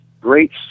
great